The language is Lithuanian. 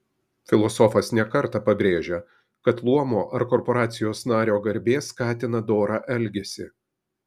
filosofas ne kartą pabrėžia kad luomo ar korporacijos nario garbė skatina dorą elgesį